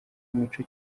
imico